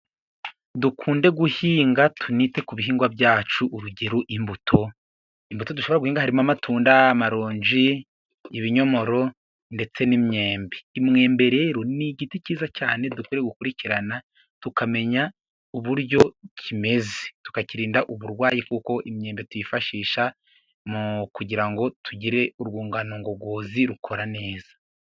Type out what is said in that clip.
Dukunde guhinga tunite ku bihingwa byacu, urugero imbuto: imbuto dushobora guhinga, harimo amatunda, amaronji, ibinyomoro ndetse n'imyembe. Umwembe rero ni igiti cyiza cyane dukwiye gukurikirana, tukamenya uburyo kimeze, tukakirinda uburwayi kuko imyembe tuyifashisha kugira ngo tugire urwungano ngogozi rukora neza.